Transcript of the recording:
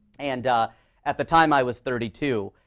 and at the time, i was thirty two.